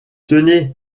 tenez